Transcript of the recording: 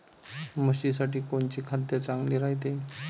म्हशीसाठी कोनचे खाद्य चांगलं रायते?